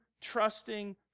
trusting